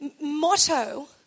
motto